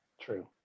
True